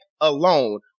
alone